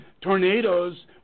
tornadoes